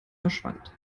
verschwand